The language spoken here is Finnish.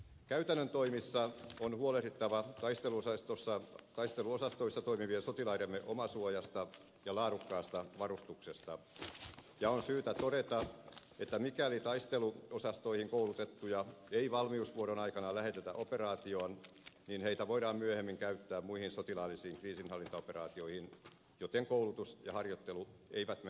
käytännön toimissa on huolehdittava taisteluosastoissa toimivien sotilaidemme omasuojasta ja laadukkaasta varustuksesta ja on syytä todeta että mikäli taisteluosastoihin koulutettuja ei valmiusvuoron aikana lähetetä operaatioon niin heitä voidaan myöhemmin käyttää muihin sotilaallisiin kriisinhallintaoperaatioihin joten koulutus ja harjoittelu eivät mene hukkaan